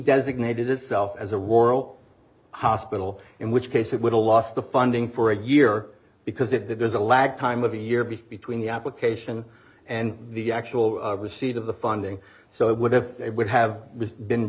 designated itself as a war hero hospital in which case it would all loss the funding for a year because if there's a lag time of a year between the application and the actual seed of the funding so it would if it would have been